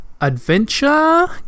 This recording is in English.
adventure